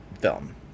film